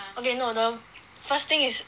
okay no the first thing is